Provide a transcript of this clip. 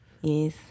Yes